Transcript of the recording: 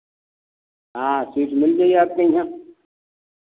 हाँ सीट मिल जाई आपके इहाँ